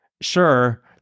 Sure